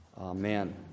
Amen